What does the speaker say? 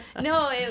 No